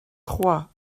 trois